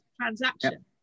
transaction